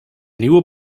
nieuwe